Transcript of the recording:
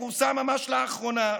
שפורסם ממש לאחרונה,